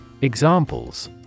Examples